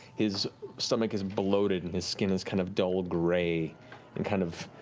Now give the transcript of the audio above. his stomach is bloated and his skin is kind of dull gray and kind of